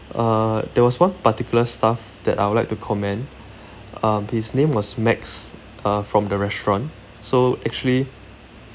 uh there was one particular staff that I would like to commend um his name was max uh from the restaurant so actually